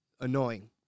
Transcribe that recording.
Annoying